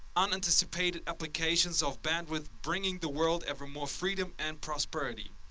unanticipated applications of bandwidth bringing the world ever more freedom and prosperity.